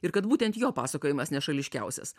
ir kad būtent jo pasakojimas nešališkiausias